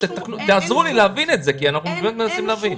אין שום --- תעזרו לי להבין את זה כי אנחנו באמת מנסים להבין.